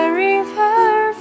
river